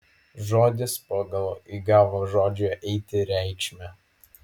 žodis pagal įgavo žodžio eiti reikšmę